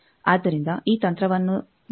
ಆದ್ದರಿಂದ ಈ ತಂತ್ರವನ್ನು ನಾವು ಅನುಸರಿಸುತ್ತೇವೆ